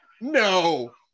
No